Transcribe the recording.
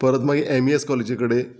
परत मागीर M E S कॉलेजी कडेन